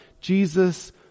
Jesus